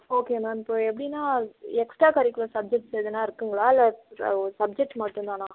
okay ma'am இப்போ எப்படின்னா extra curricular subjects எதனா இருக்குங்களா இல்லை சப்ஜெக்ட் மட்டும் தானா